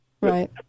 Right